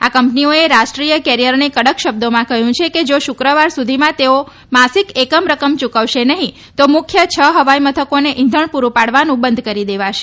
આ કંપનીઓએ રાષ્ટ્રીય કેરિયરને કડક શબ્દોમાં કહ્યુંછે કે જો શુક્રવાર સુધીમાં તેઓ માસિક એકમ રકમ યૂકવશે નહીં તો મુખ્ય છ હવાઈ મથકોને ઈંધણ પુરૂ પાડવાનું બંધ કરી દેવાશે